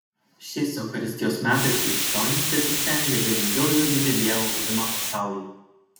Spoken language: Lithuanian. šiais eucharistijos metais krikščionys tesistengia galingiau liudyti dievo buvimą pasaulyje